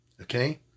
Okay